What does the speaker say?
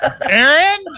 Aaron